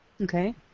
Okay